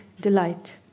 delight